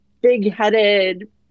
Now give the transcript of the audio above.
big-headed